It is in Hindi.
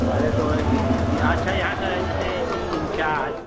पहले तो यहाँ से यहाँ का जैसे कि इंचार्ज